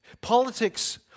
Politics